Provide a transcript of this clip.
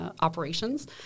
operations